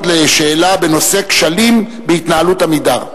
על שאילתא בנושא: כשלים בהתנהלות "עמידר".